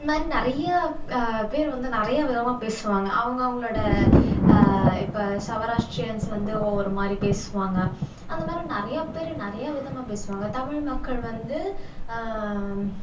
இது மாதிரி நிறையா பேர் வந்து நிறையா விதமாக பேசுவாங்க அவங்க அவங்களோட இப்போ சவராஷ்டியன்ஸ் வந்து ஒவ்வொரு மாதிரி பேசுவாங்க அந்த மாதிரி நிறையா பேர் நிறையா விதமாக பேசுவாங்க தமிழ் மக்கள் வந்து